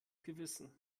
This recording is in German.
gewissen